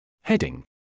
Heading